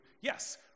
yes